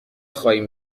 خواهیم